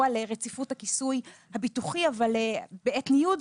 על רציפות הכיסוי הביטוחי בעת ניוד,